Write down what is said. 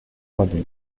воды